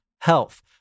health